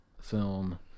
film